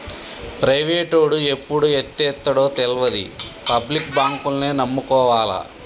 ప్రైవేటోడు ఎప్పుడు ఎత్తేత్తడో తెల్వది, పబ్లిక్ బాంకుల్నే నమ్ముకోవాల